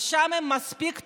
אז שם הם מספיק טובים,